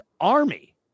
Army